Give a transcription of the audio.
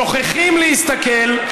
שוכחים להסתכל,